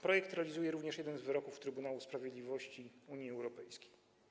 Projekt realizuje również jeden z wyroków Trybunału Sprawiedliwości Unii Europejskiej.